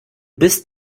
bist